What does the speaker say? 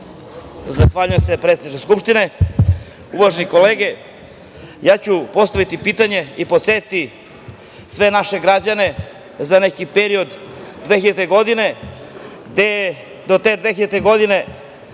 Zahvaljujem se, predsedniče Skupštine. Uvažene kolege, ja ću postaviti pitanje i podsetiti sve naše građane na neki period 2000. godine, gde je do te 2000. godine